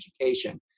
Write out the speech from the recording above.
education